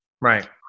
Right